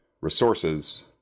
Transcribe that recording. resources